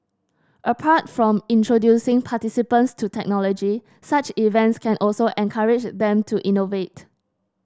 apart from introducing participants to technology such events can also encourage them to innovate